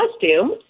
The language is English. costume